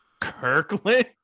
kirkland